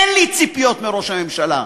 אין לי ציפיות מראש הממשלה.